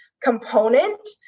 component